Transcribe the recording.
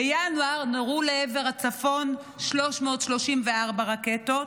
בינואר נורו לעבר הצפון 334 רקטות,